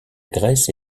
grèce